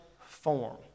form